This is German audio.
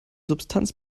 substanz